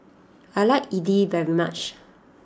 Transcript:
I like Idly very much